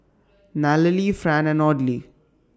Nallely Fran and Audley